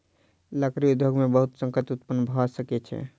लकड़ी उद्योग में बहुत संकट उत्पन्न भअ सकै छै